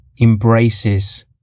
embraces